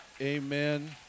Amen